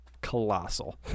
colossal